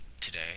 today